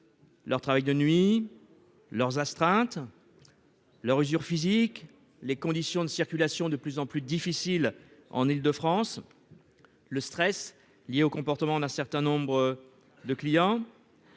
du travail de nuit, des astreintes, de l'usure physique, des conditions de circulation de plus en plus difficiles en Île-de-France et du stress lié au comportement d'un certain nombre de clients,